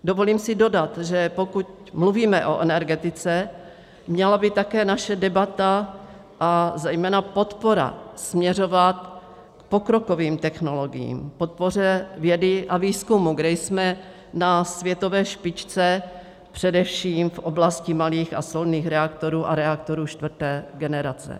Dovolím si dodat, že pokud mluvíme o energetice, měla by také naše debata a zejména podpora směřovat k pokrokovým technologiím, podpoře vědy a výzkumu, kde jsme na světové špičce především v oblasti malých a solných reaktorů a reaktorů čtvrté generace.